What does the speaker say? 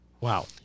Wow